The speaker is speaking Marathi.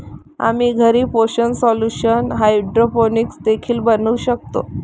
आम्ही घरी पोषक सोल्यूशन हायड्रोपोनिक्स देखील बनवू शकतो